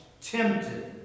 tempted